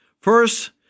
First